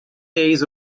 days